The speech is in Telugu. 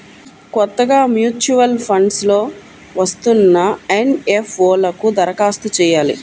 కొత్తగా మూచ్యువల్ ఫండ్స్ లో వస్తున్న ఎన్.ఎఫ్.ఓ లకు దరఖాస్తు చెయ్యాలి